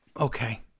Okay